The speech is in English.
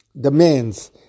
demands